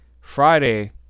Friday